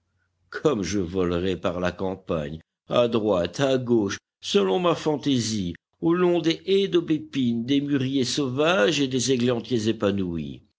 comme je volerais par là campagne à droite à gauche selon ma fantaisie au long des haies d'aubépine des mûriers sauvages et des églantiers épanouis